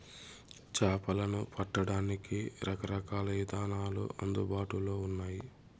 చేపలను పట్టడానికి రకరకాల ఇదానాలు అందుబాటులో ఉన్నయి